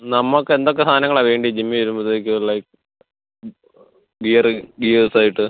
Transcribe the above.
നമുക്ക് എന്തൊക്കെ സാധനങ്ങളാണ് വേണ്ടത് ജിമ്മിൽ വരുമ്പോഴത്തേക്ക് ഉള്ളത് ഗിയർ ഗിയേഴ്സ് ആയിട്ട്